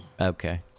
okay